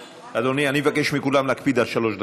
אדוני, אני מבקש מכולם להקפיד על שלוש דקות.